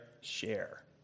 share